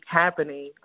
happening